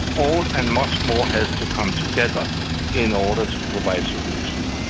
all and much more has to come together in order to provide solutions.